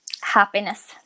Happiness